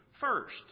first